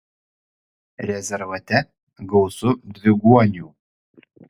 rezervate gausu dviguonių